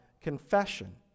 Confession